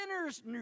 sinners